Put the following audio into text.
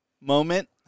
moment